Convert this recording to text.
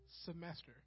semester